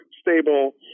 stable